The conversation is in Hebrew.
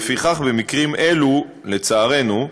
לפיכך, במקרים אלו, לצערנו,